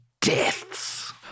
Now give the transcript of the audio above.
deaths